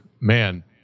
man